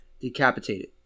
decapitated